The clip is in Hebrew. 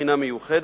לבחינה מיוחדת,